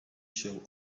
się